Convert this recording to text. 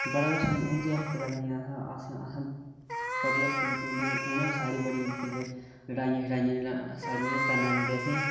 बड़ा किश असें हुंदी हैल्प कीती उनें बी साढ़ी बड़ी मदद कीती लड़ाइयां नीं करना दिंदे असें गी